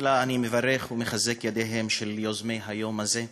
תחילה אני מברך ומחזק את ידיהם של יוזמי היום הזה,